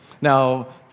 Now